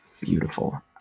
Beautiful